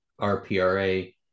RPRA